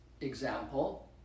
example